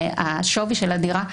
והשווי של הדירה,